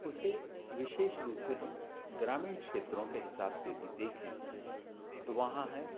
उसे विशेष रूप से हम ग्रामीण क्षेत्रों के हिसाब से यदि देखें तो वहाँ है